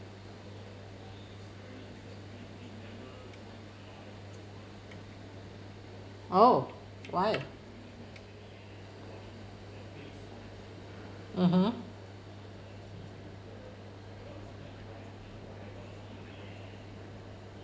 oh why mmhmm